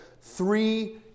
three